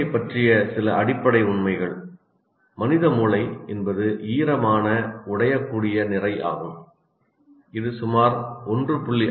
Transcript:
மூளையைப் பற்றிய சில அடிப்படை உண்மைகள் மனித மூளை என்பது ஈரமான உடையக்கூடிய நிறை ஆகும் இது சுமார் 1